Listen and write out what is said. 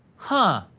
huh,